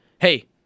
hey